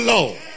Lord